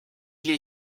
les